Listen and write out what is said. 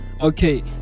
Okay